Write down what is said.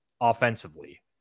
offensively